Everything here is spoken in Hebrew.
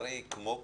לצערי, כמו כולנו,